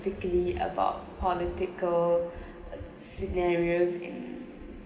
quickly about political scenarios in